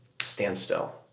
standstill